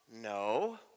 No